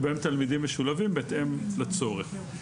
שבהם תלמידים משולבים בהתאם לצורך.